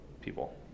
people